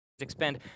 expend